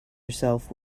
yourself